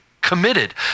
committed